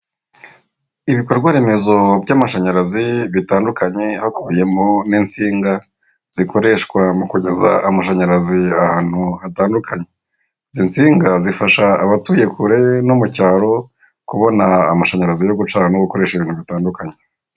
Ibikorwa remezo by'amashanyarazi bitandukanye hakubiyemo n'insinga zikoreshwa mu kugeza amashanyarazi ahantu hatandukanye, izi nsiga zifasha batuye kure no mu cyaro kubona amashanyarazi yo gucana no gukoresha ibintu bitandukanye.